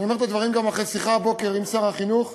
ואני אומר את הדברים גם אחרי שיחה הבוקר עם שר החינוך,